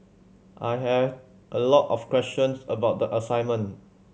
I had a lot of questions about the assignment